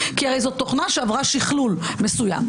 כי הרי זו תוכנה שעברה שכלול מסוים.